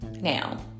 now